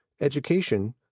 education